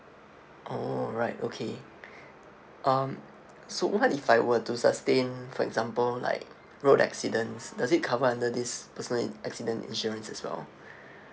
oh right okay um so what if I were to sustain for example like road accidents does it cover under this personal accident insurance as well